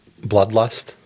bloodlust